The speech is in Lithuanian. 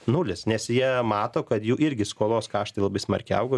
nulis nes jie mato kad jų irgi skolos kąštai labai smarkiai auga